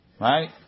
Right